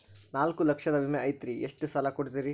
ನಾಲ್ಕು ಲಕ್ಷದ ವಿಮೆ ಐತ್ರಿ ಎಷ್ಟ ಸಾಲ ಕೊಡ್ತೇರಿ?